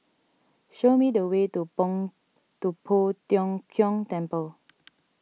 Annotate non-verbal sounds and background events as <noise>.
show me the way to <unintelligible> to Poh Tiong Kiong Temple <noise>